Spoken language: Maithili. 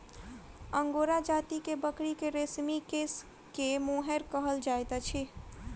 अंगोरा जाति के बकरी के रेशमी केश के मोहैर कहल जाइत अछि